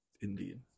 Indeed